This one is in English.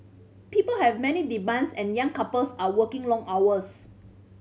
people have many demands and young couples are working long hours